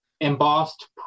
embossed